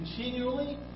continually